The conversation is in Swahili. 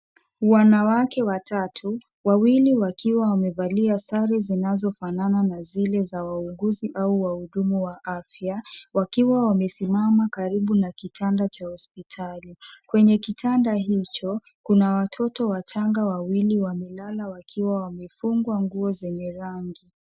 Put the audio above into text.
Wanawake watatu, wawili wakiwa wamevalia sare zinazofanana na zile za wauguzi au wahudumu wa afya wakiwa wamesimama karibu na kitanda cha hospitali. Kwenye kitanda hicho kuna watoto wachanga wawili wamelala wakiwa wamefungwa nguo zenye rangi.